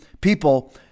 people